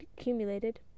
accumulated